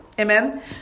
Amen